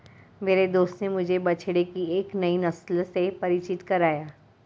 मेरे दोस्त ने मुझे बछड़े की एक नई नस्ल से परिचित कराया